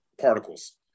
particles